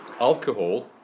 alcohol